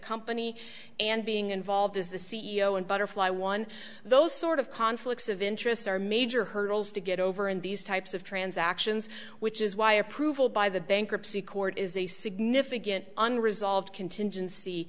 company and being involved as the c e o and butterfly one of those sort of conflicts of interests or major hurdles to get over in these types of transactions which is why approval by the bankruptcy court is a significant unresolved contingency